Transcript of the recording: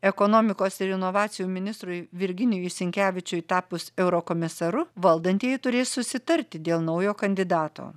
ekonomikos ir inovacijų ministrui virginijui sinkevičiui tapus eurokomisaru valdantieji turės susitarti dėl naujo kandidato